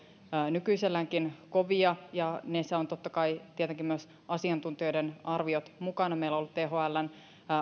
nykyiselläänkin kovia ja niissä ovat totta kai tietenkin myös asiantuntijoiden arviot mukana meillä on ollut thln